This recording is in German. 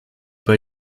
bei